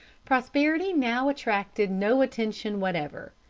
prosperity now attracted no attention whatever.